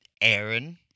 Aaron